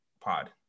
pod